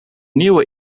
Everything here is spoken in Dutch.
nieuwe